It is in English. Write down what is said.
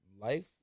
life